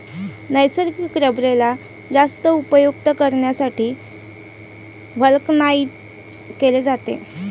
नैसर्गिक रबरेला जास्त उपयुक्त करण्यासाठी व्हल्कनाइज्ड केले जाते